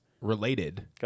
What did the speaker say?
related